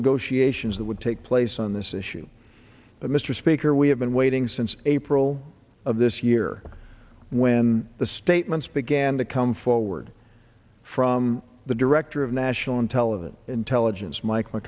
negotiations that would take place on this issue but mr speaker we have been waiting since april of this year when the statements began to come forward from the director of national intelligence intelligence mi